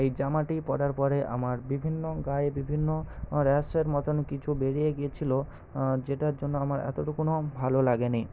এই জামাটি পরার পরে আমার বিভিন্ন গায়ে বিভিন্ন র্যাশের মতন কিছু বেরিয়ে গিয়েছিল যেটার জন্য আমার এতটুকুও ভালো লাগেনি